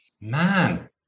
Man